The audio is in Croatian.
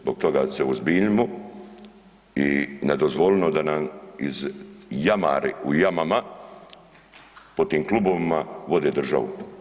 Zbog toga se uozbiljimo i ne dozvolimo da nam iz jamari u jamama po tim klubovima vode državu.